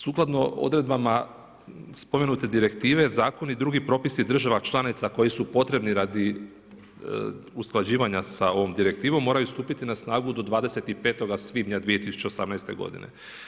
Sukladno odredbama spomenute direktive, zakoni i drugi propisi država članica koji su potrebni radi usklađivanja sa ovom direktivom, moraju stupiti na snagu do 25. svibnja 2018. godine.